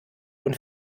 und